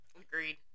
Agreed